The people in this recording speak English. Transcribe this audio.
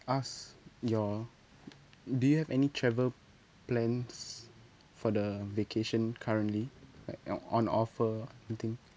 ask your do you have any travel plans for the vacation currently like uh on offer anything